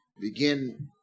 begin